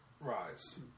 Rise